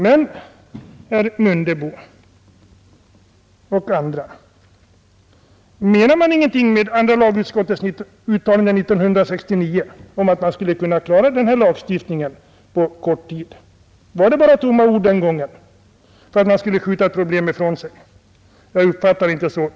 Men, herr Mundebo och andra, menade andra lagutskottet ingenting med sitt uttalande 1969 om att man skulle kunna klara den här lagstiftningen på kort tid? Var det bara tomma ord den gången, ville man bara skjuta ett problem ifrån sig? Jag uppfattade det inte så.